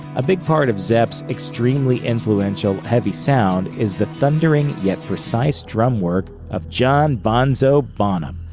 a big part of zep's extremely influential, heavy sound is the thundering yet precise drum work of john bonzo bonham,